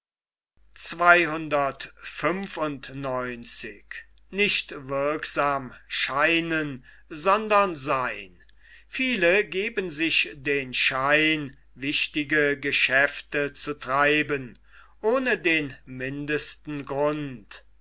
viele geben sich den schein wichtige geschäfte zu treiben ohne den mindesten grund